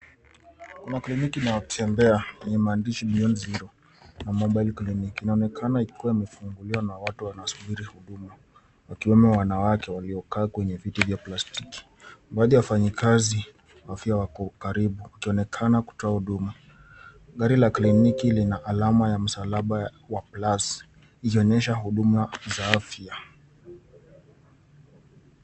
Kuna kliniki inayotembea yenye maandishi Beyond Zero Mobile Clinic . Inaonekana ikiwa imefunguliwa na watu wanasubiri huduma ikiwemo wanawake waliokaa kwenye viti vya plastiki. Baadhi ya wafanyikazi pia wako karibu wakionekana kutoa huduma. Gari la kliniki lina alama ya Msalaba wa Plus ikionyesha huduma za afya.